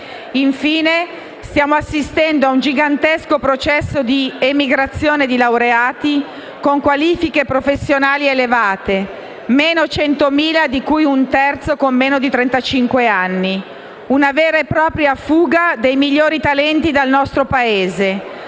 Infine, stiamo assistendo a un gigantesco processo di emigrazione di laureati con qualifiche professionali elevate pari a 100.000, di cui un terzo con meno di trentacinque anni: una vera e propria fuga dei migliori talenti del nostro Paese,